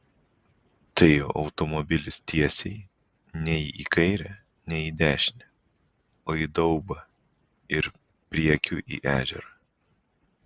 tai automobilis tiesiai nei į kairę nei į dešinę o į daubą ir priekiu į ežerą